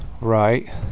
right